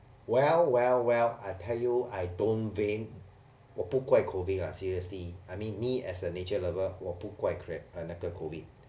well well well I tell you I don't blame 我不怪 COVID lah seriously I mean me as a nature lover 我不怪 uh 那个 COVID